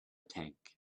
tank